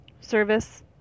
service